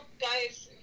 guys